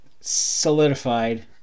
solidified